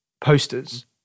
posters